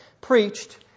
preached